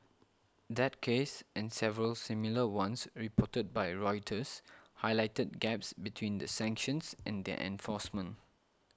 that case and several similar ones reported by Reuters Highlighted Gaps between the sanctions and their enforcement